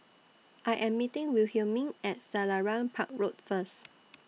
I Am meeting Wilhelmine At Selarang Park Road First